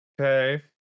okay